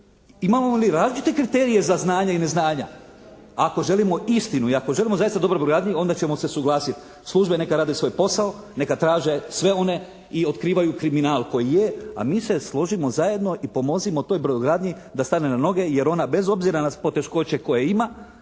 Imamo li različite kriterije za znanje i neznanja. Ako želimo istinu i ako želimo zaista dobru brodogradnju onda ćemo se suglasiti – službe neka rade svoj posao, neka traže sve one i otkrivaju kriminal koji je, a mi se složimo zajedno i pomozimo toj brodogradnji da stane na noge jer ona bez obzira na poteškoće koje ima